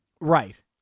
Right